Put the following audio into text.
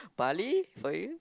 Bali for you